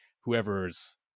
whoever's